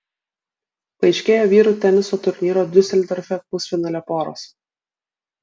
paaiškėjo vyrų teniso turnyro diuseldorfe pusfinalio poros